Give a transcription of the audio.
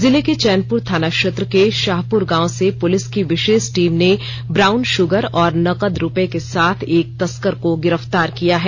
जिले के चैनपुर थाना क्षेत्र के शाहपुर गांव से पुलिस की विशेष टीम ने ब्राउन शुगर और नगद रूपये के साथ एक तस्कर को गिरफ्तार किया है